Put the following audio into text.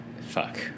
Fuck